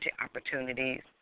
opportunities